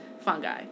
Fungi